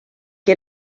que